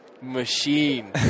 machine